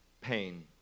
pain